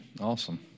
Awesome